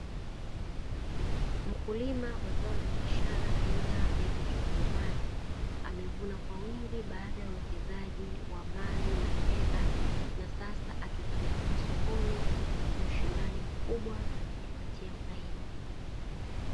Mkulima wa zao la biashara aina ya vitunguu maji, amevuna kwa wingi baada ya uwekezaji wa mali na fedha; na sasa amepeleka sokoni vitapata ushindani mkubwa na kumpatia faida.